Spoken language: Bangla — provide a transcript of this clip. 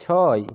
ছয়